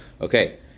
Okay